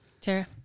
Tara